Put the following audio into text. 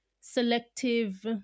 selective